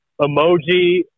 emoji